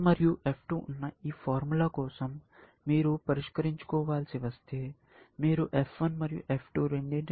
F1 మరియు F2 ఉన్న ఈ ఫార్ములా కోసం మీరు పరిష్కరించుకోవలసి వస్తే మీరు F1 మరియు F2 రెండింటినీ పరిష్కరించాలి